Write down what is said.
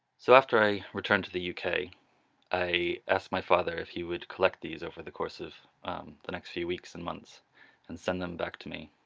so after i returned to the yeah uk, i asked my father if he would collect these over the course of the next few weeks and months and send them back to me,